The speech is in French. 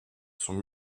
sont